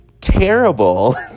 Terrible